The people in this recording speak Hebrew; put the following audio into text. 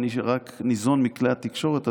אני רק ניזון מכלי התקשורת,